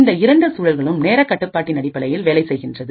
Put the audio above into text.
இந்த இரண்டு சூழல்களும் நேர கட்டுப்பாட்டின் அடிப்படையில் வேலை செய்கின்றது